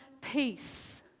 peace